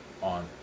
on